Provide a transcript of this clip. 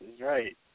Right